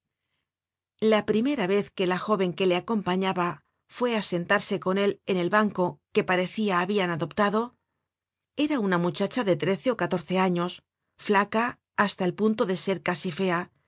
la primera vez que la jóven que le acompañaba fué á sentarse con él en él banco que parecia habian adoptado era una muchacha de trece ó catorce años flaca hasta el punto de ser casi fea